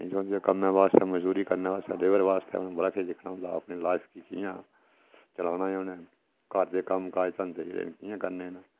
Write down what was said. कम्मै आस्तै मजदूरी करने बास्तै लेबर आस्तै बाद च दिक्खना होंदा अपनी लाईफ गी कि'यां 'चलाना ऐ उ'नें घर दे कम्म काज धंधे कि'यां करने न